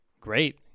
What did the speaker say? great